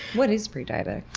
what is prediabetic?